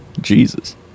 Jesus